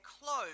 clothes